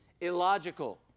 Illogical